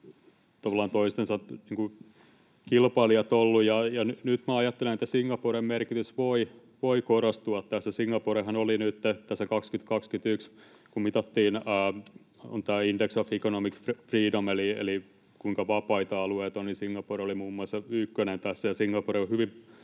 toistensa kilpailijat. Ja nyt minä ajattelen, että Singaporen merkitys voi korostua tässä. Nytten 2021, kun mitattiin Index of Economic Freedom — eli kuinka vapaita alueet ovat — niin Singapore oli muun muassa ykkönen tässä.